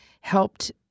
helped